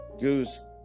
Goose